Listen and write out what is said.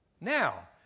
Now